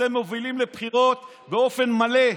אתם מובילים לבחירות באופן מלא,